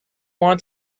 want